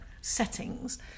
settings